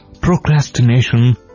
Procrastination